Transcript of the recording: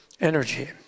energy